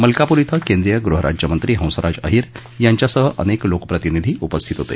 मलकापूर क्रि केंद्रीय गृहराज्यमंत्री हंसराज आहीर यांच्यासह अनेक लोकप्रतिनिधी उपस्थित होते